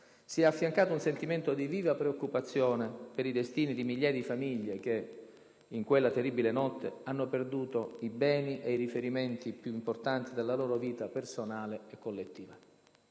si è affiancato un sentimento di viva preoccupazione per i destini di migliaia di famiglie che, in quella terribile notte, hanno perduto i beni e i riferimenti più importanti della loro vita personale e collettiva.